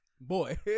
boy